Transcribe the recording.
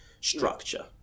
structure